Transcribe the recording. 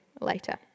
later